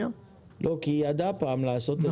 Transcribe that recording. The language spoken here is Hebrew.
היא ידעה פעם לעשות את זה,